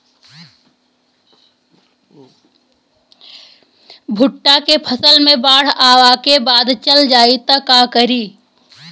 भुट्टा के फसल मे बाढ़ आवा के बाद चल जाई त का करी?